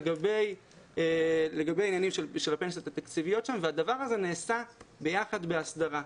לגבי הפנסיות התקציביות והדבר הזה נעשה יחד בהסדרה.